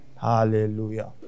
Hallelujah